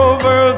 Over